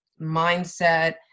mindset